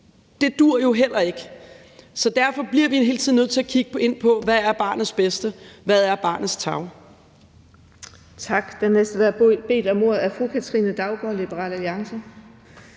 det duer jo heller ikke. Så derfor bliver vi hele tiden nødt til at kigge ind på, hvad der er barnets bedste, og hvad der er barnets tarv.